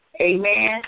Amen